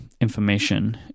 information